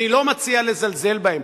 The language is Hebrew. אני לא מציע לזלזל בהם.